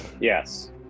Yes